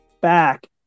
back